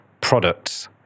products